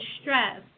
stress